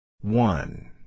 One